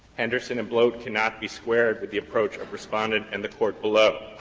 henderson and bloate cannot be squared with the approach of respondent and the court below.